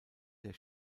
der